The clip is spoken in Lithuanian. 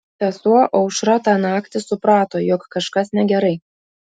sesuo aušra tą naktį suprato jog kažkas negerai